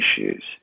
issues